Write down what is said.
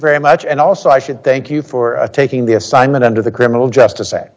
very much and also i should thank you for taking the assignment under the criminal justice a